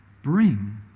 Bring